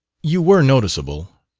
you were noticeable,